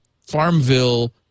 FarmVille